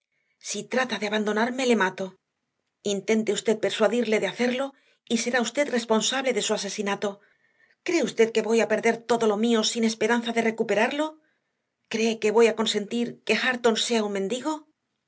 arnshaw sitrata de abandonarme le mato intenteusted persuadirledehacerlo y será usted responsabledesu asesinato cree usted que voy a perder todo lo mío sin esperanza de recuperarlo creequevoya consentirqueh areton sea un mendigo